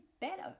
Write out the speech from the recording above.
better